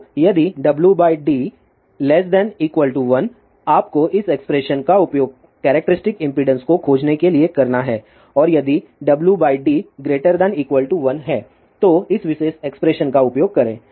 तो यदि Wd≤1 आपको इस एक्सप्रेशन का उपयोग कैरेक्टरिस्टिक इम्पीडेन्स को खोजने के लिए करना है और यदि Wd1 है तो इस विशेष एक्सप्रेशन का उपयोग करें